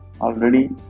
already